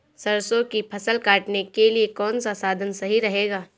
सरसो की फसल काटने के लिए कौन सा साधन सही रहेगा?